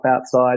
outside